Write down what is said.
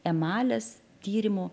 emalis tyrimų